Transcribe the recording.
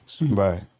Right